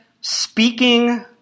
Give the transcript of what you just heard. speaking